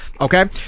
Okay